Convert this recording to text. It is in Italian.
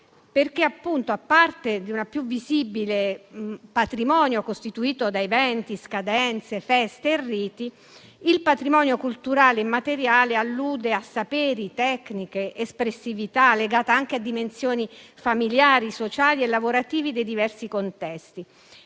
perché, a parte un più visibile patrimonio costituito da eventi, scadenze, feste e riti, il patrimonio culturale immateriale allude a saperi, tecniche, espressività, legate anche a dimensioni familiari, sociali e lavorative dei diversi contesti.